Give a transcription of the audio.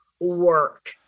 work